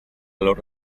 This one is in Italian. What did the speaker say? loro